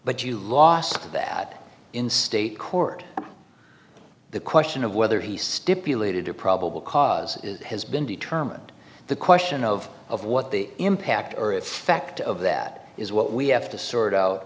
but you lost that in state court the question of whether he stipulated or probable cause has been determined the question of of what the impact or effect of that is what we have to sort out